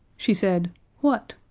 she said what?